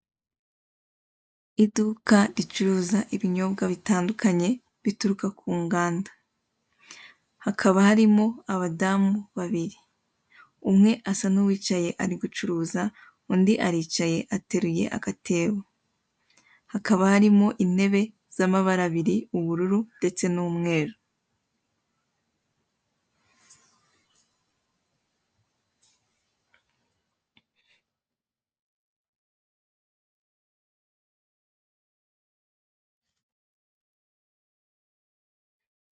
Iduka ricuruza ibinyobwa bitandukanye bituruka ku nganda. Hakaba harimo abadamu babiri umwe asa n'uwicaye ari gucuruza undi aricaye ateruye agatebo. Hakaba harimo intebe z'amabara abiri ubururu ndetse n'umweru.